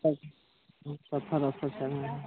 तब